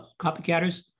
copycatters